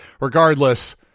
regardless